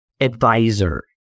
advisor